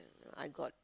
I got